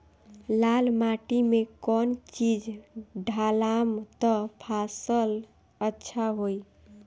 लाल माटी मे कौन चिज ढालाम त फासल अच्छा होई?